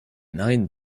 narines